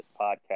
podcast